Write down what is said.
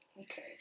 Okay